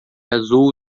azul